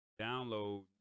download